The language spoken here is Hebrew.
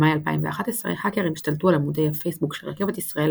במאי 2011 האקרים השתלטו על עמודי הפייסבוק של רכבת ישראל,